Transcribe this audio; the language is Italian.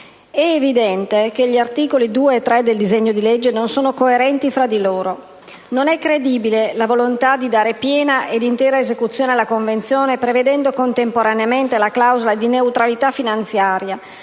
È evidente che gli articoli 2 e 3 del disegno di legge non sono coerenti fra di loro: non è credibile la volontà di dare piena ed intera esecuzione alla Convenzione prevedendo contemporaneamente la clausola di neutralità finanziaria